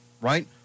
right